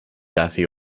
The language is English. daffy